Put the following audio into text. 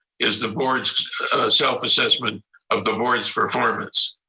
is the boards self assessment of the board's performance.